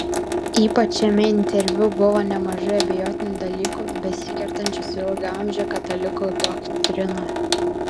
ypač šiame interviu buvo nemažai abejotinų dalykų besikertančių su ilgaamže katalikų doktrina